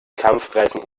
kampfpreisen